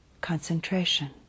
concentration